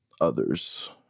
others